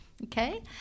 Okay